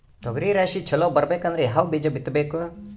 ತೊಗರಿ ರಾಶಿ ಚಲೋ ಬರಬೇಕಂದ್ರ ಯಾವ ಬೀಜ ಬಿತ್ತಬೇಕು?